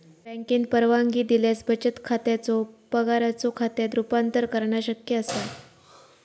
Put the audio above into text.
बँकेन परवानगी दिल्यास बचत खात्याचो पगाराच्यो खात्यात रूपांतर करणा शक्य असा